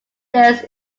modest